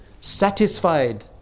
Satisfied